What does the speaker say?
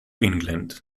england